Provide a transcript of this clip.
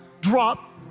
drop